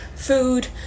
food